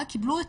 בבקשה.